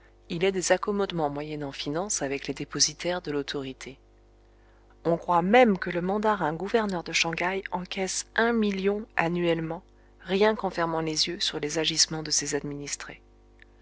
il est des accommodements moyennant finance avec les dépositaires de l'autorité on croit même que le mandarin gouverneur de shang haï encaisse un million annuellement rien qu'en fermant les yeux sur les agissements de ses administrés